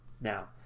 Now